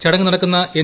ചടങ്ങ് നടക്കുന്ന എൻ